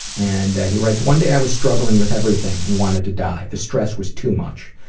and he writes one day, i was struggling with everything and wanted to die. the stress was too much,